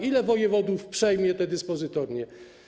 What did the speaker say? Ilu wojewodów przejmie te dyspozytornie?